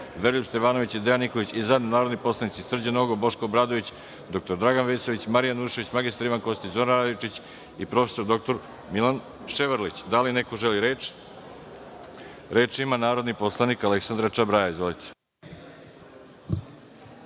Veroljub Stevanović i Dejan Nikolić i zajedno narodni poslanici Srđan Nogo, Boško Obradović, dr Dragan Vesović, Marija Janjušević, mr Ivan Kostić, Zoran Radojčić i prof. dr Milan Ševarlić. Da li neko želi reč? Reč ima narodni poslanik Aleksandra Čabraja.